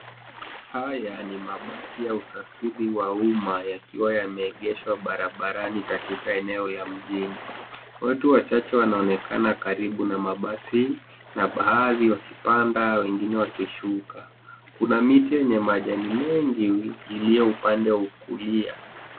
Haya ni mabasi ya usafiri wa umma yakiwa yameegeshwa barabarani katika eneo ya mjini, watu wachache wanaonekana karibu na mabasi na baadhi wakipanda wengine wakishuka kuna miti yenye majani mengi iliyo upande wa kulia.